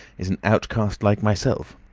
is an outcast like myself.